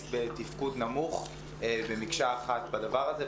אוטיסט בתפקוד נמוך במקשה אחת בדבר הזה.